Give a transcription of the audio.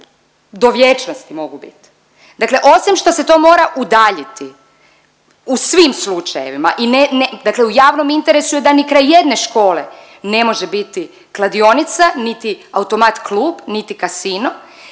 do vječnosti mogu biti. Dakle, osim što se to mora udaljiti u svim slučajevima i ne, ne, dakle u javnom interesu je da ni kraj jedne škole ne može biti kladionica, niti automat klub, niti kasino,